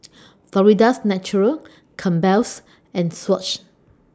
Florida's Natural Campbell's and Swatch